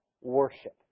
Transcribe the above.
worship